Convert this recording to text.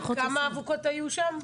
כמה אבוקות היו שם?